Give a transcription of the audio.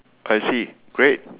I see great